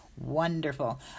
wonderful